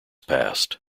passed